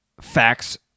facts